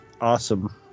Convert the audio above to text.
awesome